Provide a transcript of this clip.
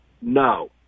no